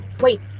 Wait